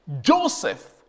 Joseph